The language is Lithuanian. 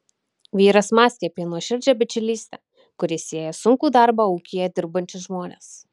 vyras mąstė apie nuoširdžią bičiulystę kuri sieja sunkų darbą ūkyje dirbančius žmones